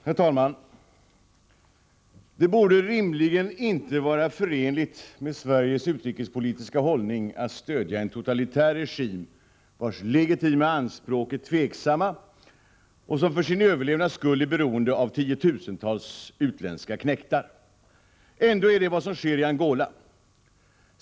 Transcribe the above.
Herr talman! Det borde rimligen inte vara förenligt med Sveriges utrikespolitiska hållning att stödja en totalitär regim, vars legitima anspråk är tveksamma och som för sin överlevnads skull är beroende av tiotusentals utländska knektar. Ändå är det vad som sker i Angola.